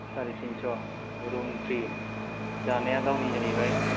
साराइ तिनस' room free जानाया गावनि जाहैबाय